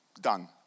done